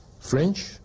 French